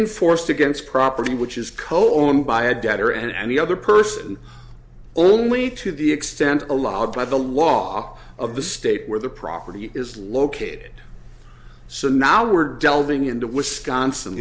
enforced against property which is cohen by a debtor and the other person only to the extent allowed by the law of the state where the property is located so now we're delving into wisconsin